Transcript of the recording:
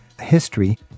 history